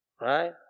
right